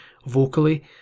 Vocally